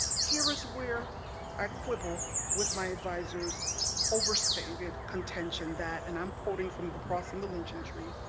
here is where i quibble with my advisor's overstated contention that, and i'm quoting from the cross and the lynching tree,